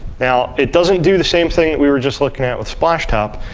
now, it doesn't do the same thing we were just looking at with splashtop.